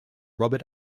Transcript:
robert